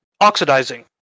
oxidizing